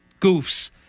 goofs